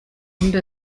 undi